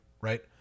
right